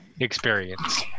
experience